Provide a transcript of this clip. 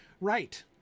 right